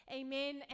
amen